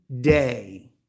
day